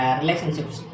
relationships